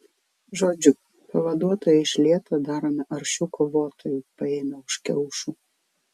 žodžiu pavaduotoją iš lėto darome aršiu kovotoju paėmę už kiaušų